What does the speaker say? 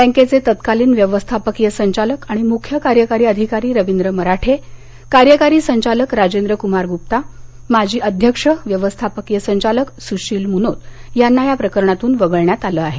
बँकेचे तत्कालिन व्यवस्थापकीय संचालक आणि मुख्य कार्यकारी अधिकारी रवींद्र मराठे कार्यकारी संचालक राजेंद्रक्मार गुप्ता माजी अध्यक्ष व्यवस्थापकीय संचालक सुशील मूनोत यांना या प्रकरणातून वगळण्यात आलं आहे